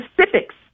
specifics